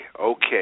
Okay